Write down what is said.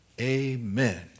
Amen